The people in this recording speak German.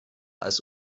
als